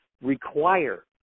require